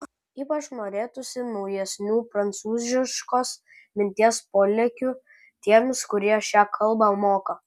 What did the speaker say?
ypač norėtųsi naujesnių prancūziškos minties polėkių tiems kurie šią kalbą moka